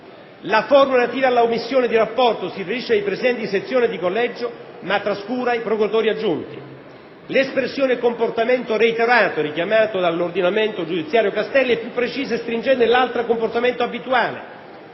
la formula relativa all'omissione di rapporto si riferisce ai presidenti di sezione e di collegio ma trascura i procuratori aggiunti; l'espressione «comportamento reiterato» - richiamato dall'ordinamento giudiziario Castelli - è più precisa e stringente dell'altra «comportamento abituale».